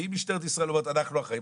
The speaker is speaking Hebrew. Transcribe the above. אם משטרת ישראל אומרת שהם אחראים,